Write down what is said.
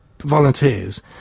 volunteers